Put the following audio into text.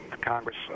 Congress